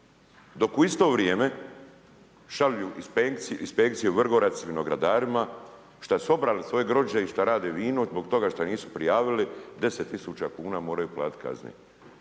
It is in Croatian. Dok u isto vrijeme šalju inspekcije Vrgorac vinogradarima, šta su obrali svoje grožđe i što radi vino, zbog toga što nisu prijavili 10 tisuća kn moraju platiti kaznu.